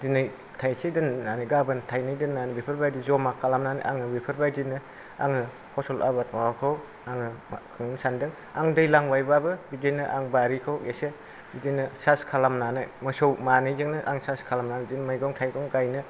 दिनै थाइसे दोननानै गाबोन थाइनै दोननानै बेफोरबायदि जमा खालामनानै आङो बेफोरबायदिनो आङो फसल आबाद माबाखौ आङो खालामनो सान्दों आं दैलांबाबो बिदिनो आं बारिखौ एसे बिदिनो सार्स खालामनानै मोसौ मानैजोंनो आं सार्स खालामनानै आं बिदिनो मैगं थाइगं गायनो